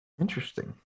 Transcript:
Interesting